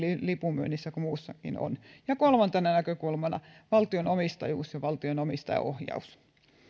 lipunmyynnissä kuin muussakin on ja kolmantena näkökulmana valtion omistajuus ja valtion omistajaohjaus